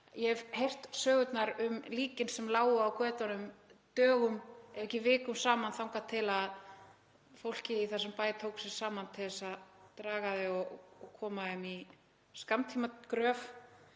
Ég hef heyrt sögurnar um líkin sem lágu á götunum dögum ef ekki vikum saman þangað til fólkið í þessum bæ tók sig saman við draga þau og koma þeim í skammtímagröf.